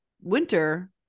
winter